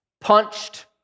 punched